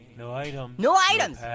no items, no items,